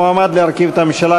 המועמד להרכיב את הממשלה,